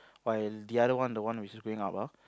while the other one the one who is going up ah